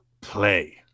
play